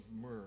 myrrh